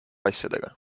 asjadega